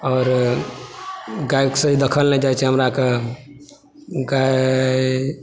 आओर गाय के देखल नहि जाइ छै हमराके गाय